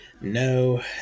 no